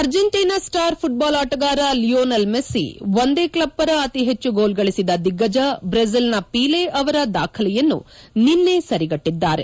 Argentina star football ಆಟಗಾರ Lionel Messi ಒಂದೇ club ಪರ ಅತಿ ಹೆಚ್ಚು ಗೋಲ್ ಗಳಿಸಿದ ದಿಗ್ಗಜ ಬ್ರೆಜಿಲ್ ನ ಪೀಲೆ ಅವರ ದಾಖಲೆಯನ್ನು ನಿನ್ನೆ ಸರಿಗಟ್ಟಿದ್ದಾರೆ